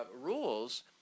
rules